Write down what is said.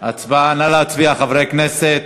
נא להצביע, חברי הכנסת.